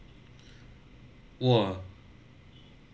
!wah!